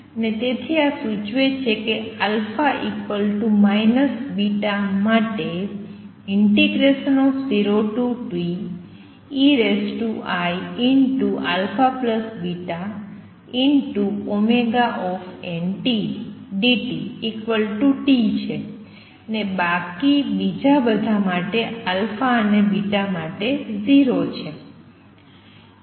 અને તેથી આ સૂચવે છે કે α β માટે 0TeiαβntdtT છે અને બાકી બીજા બધા α અને β માટે 0 છે